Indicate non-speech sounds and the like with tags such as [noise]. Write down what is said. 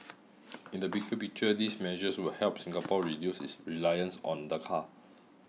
[noise] in the bigger picture these measures would help Singapore reduce its reliance on the car